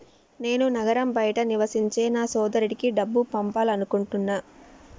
నేను నగరం బయట నివసించే నా సోదరుడికి డబ్బు పంపాలనుకుంటున్నా